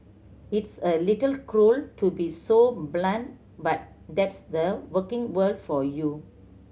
it's a little cruel to be so blunt but that's the working world for you